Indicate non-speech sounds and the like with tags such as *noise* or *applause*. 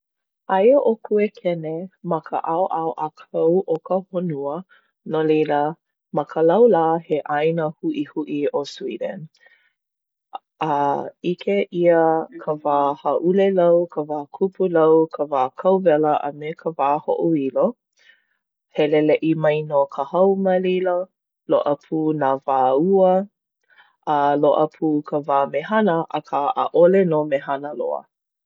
Aia ʻo Kuekene ma ka ʻaoʻao ʻākau o ka honua. No leila, ma ka laulā he ʻāina huʻihuʻi ʻo Sweden. *hesitation* A ʻike ʻia ka wā hāʻulelau, ka wā kupulau, ka wā kauwela, a me ka wā hoʻoilo. Heleleʻi mai nō ka hau ma leila. Loaʻa pū nā wā ua. A loaʻa pū ka wā mehana, akā ʻaʻole nō mehana loa.